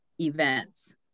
Events